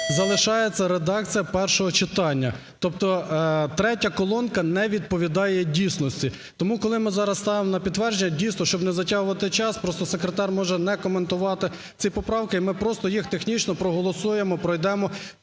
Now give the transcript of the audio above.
залишається редакція першого читання, тобто третя колонка не відповідає дійсності. Тому, коли ми зараз ставимо на підтвердження, дійсно, щоб не затягувати час, просто секретар може не коментувати ці поправки, ми просто їх технічно проголосуємо, пройдемо